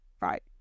right